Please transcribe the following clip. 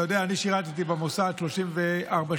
אתה יודע, אני שירתי במוסד 34 שנים.